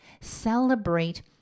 Celebrate